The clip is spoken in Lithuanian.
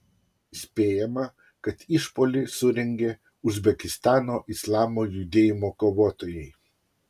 spėjama kad išpuolį surengė uzbekistano islamo judėjimo kovotojai